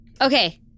Okay